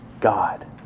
God